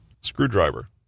Screwdriver